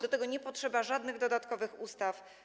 Do tego nie potrzeba żadnych dodatkowych ustaw.